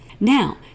Now